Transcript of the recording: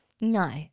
No